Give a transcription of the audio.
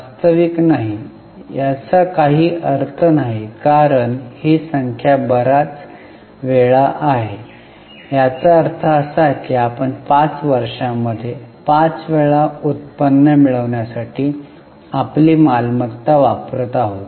वास्तविक नाही याचा काही अर्थ नाही कारण ही संख्या बर्याच वेळा आहे याचा अर्थ असा की आपण वर्षामध्ये 5 वेळा उत्पन्न मिळवण्यासाठी आपली मालमत्ता वापरत आहात